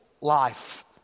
life